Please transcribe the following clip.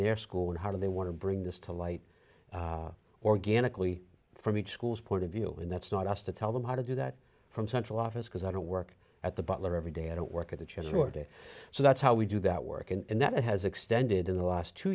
their school and how do they want to bring this to light organically from each school's point of view and that's not us to tell them how to do that from central office because i don't work at the butler every day i don't work at the church or day so that's how we do that work and that has extended in the last two